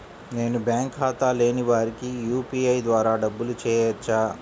నేను బ్యాంక్ ఖాతా లేని వారికి యూ.పీ.ఐ ద్వారా డబ్బులు వేయచ్చా?